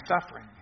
suffering